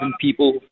people